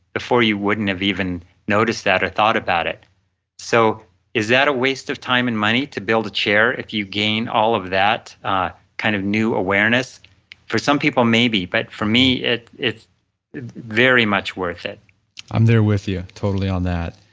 before you wouldn't have even noticed that or thought about it so is that a waste of time and money to build a chair if you gain all of that kind of new awareness for some people maybe, but for me, it's very much worth it i'm there with you, totally on that.